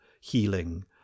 healing